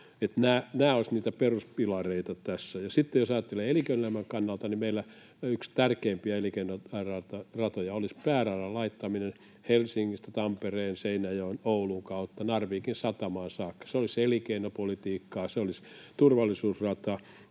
nämä olisivat niitä peruspilareita tässä. Sitten jos ajattelee elinkeinoelämän kannalta, niin meillä yksi tärkeimpiä elinkeinoratoja olisi pääradan laittaminen Helsingistä Tampereen, Seinäjoen ja Oulun kautta Narvikin satamaan saakka. Se olisi elinkeinopolitiikkaa, se olisi turvallisuusrata